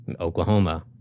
Oklahoma